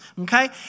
Okay